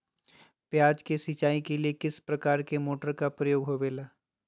प्याज के सिंचाई के लिए किस प्रकार के मोटर का प्रयोग होवेला?